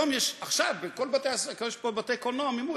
היום יש, עכשיו, בכל בתי, יש פה בתי-קולנוע ממול.